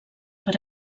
per